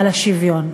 על השוויון.